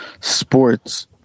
sports